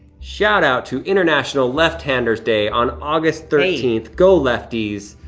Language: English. shout-out to international left-handers day on august thirteenth, go lefties.